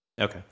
Okay